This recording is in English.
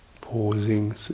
pausing